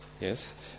Yes